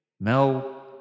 Mel